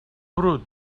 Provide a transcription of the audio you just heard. brut